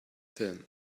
then